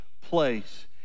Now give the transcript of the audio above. place